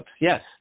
Yes